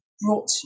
brought